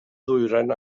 ddwyrain